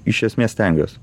iš esmės stengiuos